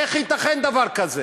איך ייתכן דבר כזה?